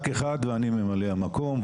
רק אני, ואני ממלא המקום.